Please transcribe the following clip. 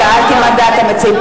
שאלתי מה דעת המציעים,